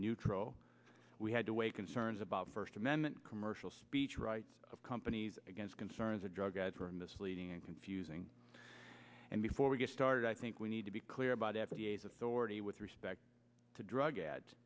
nutro we had to weigh concerns about first amendment commercial speech rights of companies against concerns of drug ads were misleading and confusing and before we get started i think we need to be clear about f d a is authority with respect to drug a